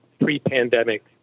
pre-pandemic